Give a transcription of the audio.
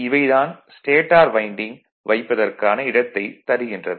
இவை தான் stator winding வைப்பதற்கான இடத்தைத் தருகின்றது